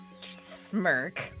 Smirk